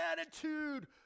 attitude